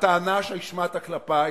הטענה שהשמעת כלפי